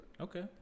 Okay